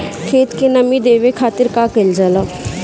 खेत के नामी देवे खातिर का कइल जाला?